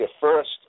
first